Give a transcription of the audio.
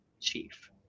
chief